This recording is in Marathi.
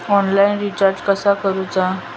ऑनलाइन रिचार्ज कसा करूचा?